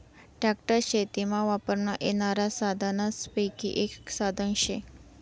tractor शेतीमा वापरमा येनारा साधनेसपैकी एक साधन शे